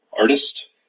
artist